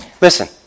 Listen